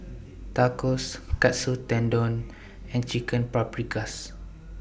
Tacos Katsu Tendon and Chicken Paprikas